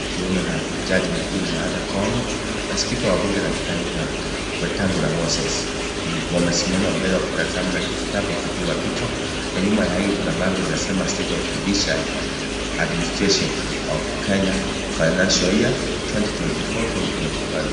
akiwemo na chaji mkuu Martha Koome na spika wa bunge la kitaifa Wetangula Moses. Wamesimama mbele wakitazama kijitabu wakipigwa picha na nyuma ya hiyo kuna bango linasema " state of judiciary administration of Kenya financial year 2024/2025 "